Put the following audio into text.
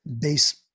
base